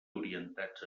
orientats